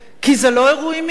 כי זה לא אירועים מקריים.